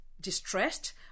distressed